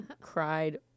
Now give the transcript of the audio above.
cried